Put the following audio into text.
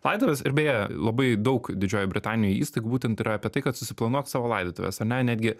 laidotuves ir beje labai daug didžiojoj britanijoj įstaigų būtent yra apie tai kad susiplanuok savo laidotuves ar ne netgi